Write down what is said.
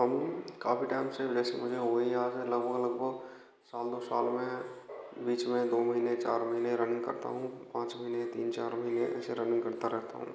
हम काफ़ी टैम से रेसलिंग मुझे हो गई यहाँ से लगभग लगभग साल दो साल में बीच में दो महीने चार महीने रनिंग करता हूँ पाँच महीने तीन चार महीने ऐसे रनिंग करता रहता हूँ